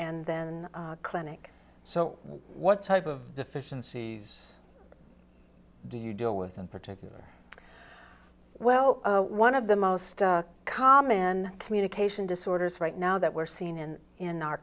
and then clinic so what type of deficiencies do you deal with in particular well one of the most common communication disorders right now that we're seeing and in our